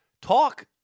talk